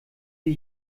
sie